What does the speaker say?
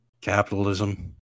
Capitalism